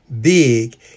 big